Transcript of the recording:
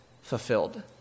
fulfilled